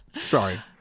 Sorry